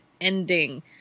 ending